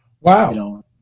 Wow